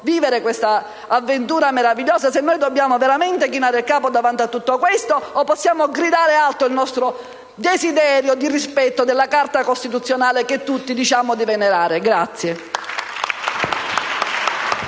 vivere questa meravigliosa avventura, dobbiamo veramente chinare il capo davanti a tutto ciò oppure possiamo gridare alto il nostro desiderio di rispetto della Carta costituzionale, che tutti diciamo di venerare.